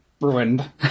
ruined